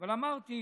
אבל אמרתי,